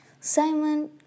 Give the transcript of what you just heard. Simon